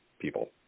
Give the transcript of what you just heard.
people